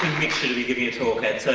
to be giving a talk at